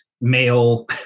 male